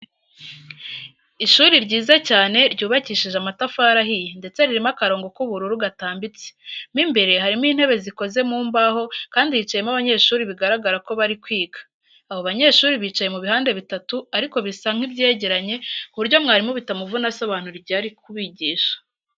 Ishuri ryiza cyane ryubakishije amatafari ahiye ndetse ririmo akarongo k'ubururu gatambitse, mo imbere harimo intebe zikoze mu mbaho kandi hicayemo abanyeshuri bigaragara ko bari kwiga. Abo banyeshuri bicaye mu bihande bitatu ariko bisa nk'ibyegeranye ku buryo mwarimu bitamuvuna asobanura igihe ari kubigisha.